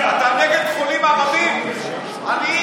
הצעת חוק לשיפור השירות במגזר הציבורי, התשפ"ב